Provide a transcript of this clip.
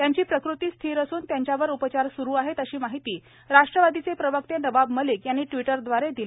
त्यांची प्रकृती स्थिर असून त्यांच्यावर उपचार स्रू आहेत अशी माहिती राष्ट्रवादीचे प्रवक्ते नवाब मलिक यांनी ट्विटरव्दारे दिली